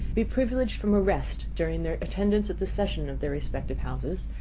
be privileged from arrest during their attendance at the session of their respective houses,